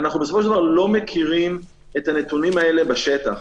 בסופו של דבר לא מכירים את הנתונים האלה בשטח.